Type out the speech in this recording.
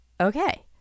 Okay